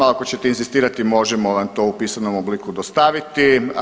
Ako ćete inzistirati možemo vam to u pisanom obliku dostaviti.